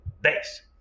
base